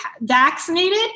vaccinated